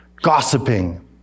Gossiping